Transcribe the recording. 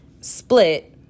split